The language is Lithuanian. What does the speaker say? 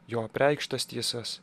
jo apreikštas tiesas